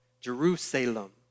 Jerusalem